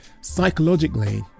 psychologically